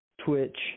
Twitch